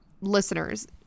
listeners